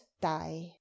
die